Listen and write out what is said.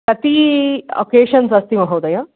कति अकेशन्स् अस्ति महोदय